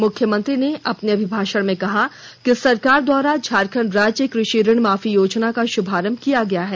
मुख्यमंत्री ने अपने अभिभाषण में कहा कि सरकार द्वारा झारखंड राज्य कृषि ऋण माफी योजना का शुभारंभ ेकिया गया है